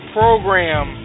program